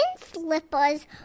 slippers